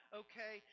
okay